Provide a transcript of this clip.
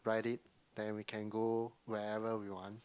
ride it then we can go where ever we want